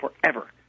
forever